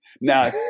Now